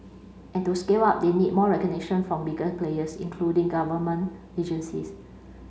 and to scale up they need more recognition from bigger players including government agencies